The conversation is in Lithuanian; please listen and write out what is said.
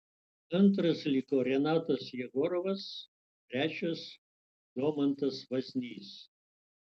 antras liko renatas jegorovas trečias domantas vaznys